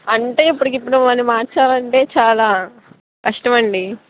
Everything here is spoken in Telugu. అంటే ఇప్పటికిప్పుడు అన్ని మార్చాలంటే చాలా కష్టమండి